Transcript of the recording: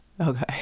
Okay